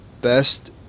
best